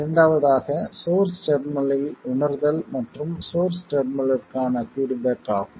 இரண்டாவதாக சோர்ஸ் டெர்மினலில் உணர்தல் மற்றும் சோர்ஸ் டெர்மினலிற்கான பீட்பேக் ஆகும்